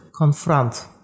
confront